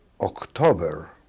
October